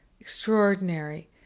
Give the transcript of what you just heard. extraordinary